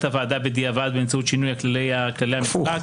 הוועדה בדיעבד באמצעות שינוי כללי --- הפוך.